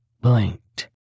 blinked